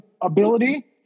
ability